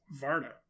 Varda